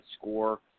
score